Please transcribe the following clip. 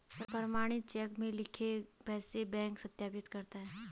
प्रमाणित चेक में लिखे पैसे बैंक सत्यापित करता है